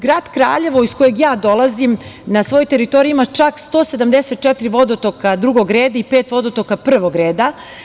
Grad Kraljevo, iz kojeg ja dolazim, na svojoj teritoriji ima čak 174 vodotoka drugog reda i pet vodotoka prvog reda.